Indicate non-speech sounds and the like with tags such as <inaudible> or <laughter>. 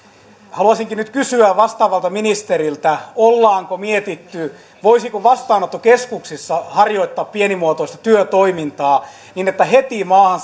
haluaisinkin nyt kysyä vastaavalta ministeriltä ollaanko mietitty voisiko vastaanottokeskuksissa harjoittaa pienimuotoista työtoimintaa niin että heti maahan <unintelligible>